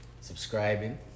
subscribing